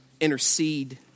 Intercede